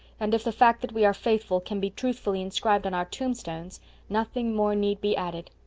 and if the fact that we are faithful can be truthfully inscribed on our tombstones nothing more need be added.